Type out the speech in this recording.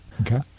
Okay